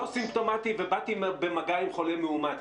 אני לא סימפטומטי ובאתי במגע עם חולה מאומת,